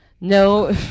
no